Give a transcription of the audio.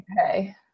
Okay